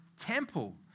temple